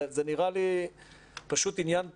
זה נראה לי פשוט עניין תמוה.